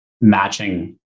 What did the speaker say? matching